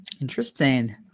Interesting